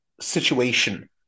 situation